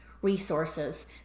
resources